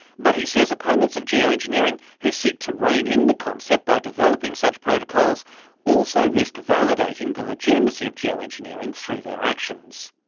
but he says opponents of geo-engineering who seek to rein-in the concept by developing such protocols also risk validating the legitimacy of geo-engineering through their actions.